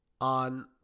on